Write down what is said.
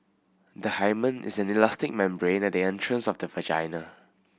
the hymen is an elastic membrane at the entrance of the vagina